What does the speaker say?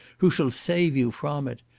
who shall save you from it.